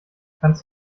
kannst